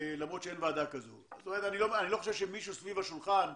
אנחנו חושבים שזה פתרון נכון.